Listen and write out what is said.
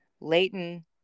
Leighton